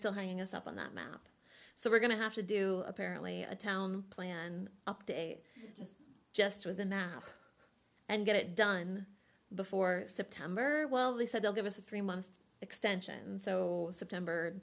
still hanging us up on that map so we're going to have to do apparently a town plan update just with the now and get it done before september well they said they'll give us a three month extension so september